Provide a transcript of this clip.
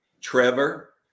Trevor